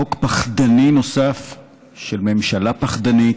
חוק פחדני נוסף של ממשלה פחדנית,